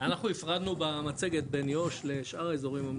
אנחנו הפרדנו במצגת בין יו"ש לשאר האזורים המנותקים,